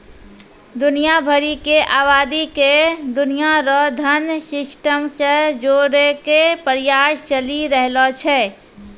दुनिया भरी के आवादी के दुनिया रो धन सिस्टम से जोड़ेकै प्रयास चली रहलो छै